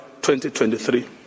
2023